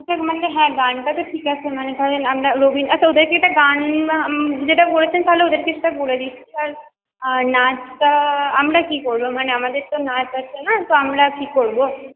ঠিক আছে মানে হ্যাঁ গানটা তো ঠিক আছে মানে রবীন্দ্র আচ্ছা ওদের কে একটা গান যেটা বলেছেন তাহলে ওদের কে সেটা বলে দিচ্ছি আর নাচটা আমরা কী করব মানে আমাদের তো নাচ আছে না তো আমরা কী করব